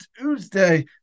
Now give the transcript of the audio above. Tuesday